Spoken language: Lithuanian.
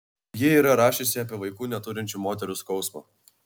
ji yra rašiusi apie vaikų neturinčių moterų skausmą